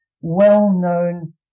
well-known